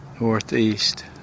northeast